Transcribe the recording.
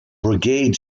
brigade